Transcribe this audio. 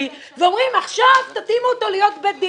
ואומרים: עכשיו תתאימו אותו להיות בית דין.